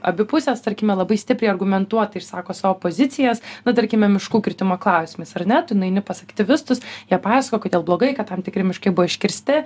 abi pusės tarkime labai stipriai argumentuotai išsako savo pozicijas nu tarkime miškų kirtimo klausimais ar ne tu nueini pas aktyvistus jie pasakoja kodėl blogai kad tam tikri miškai buvo iškirsti